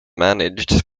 managed